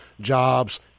jobs